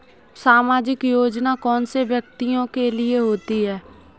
सामाजिक योजना कौन से व्यक्तियों के लिए होती है?